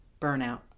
burnout